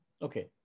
Okay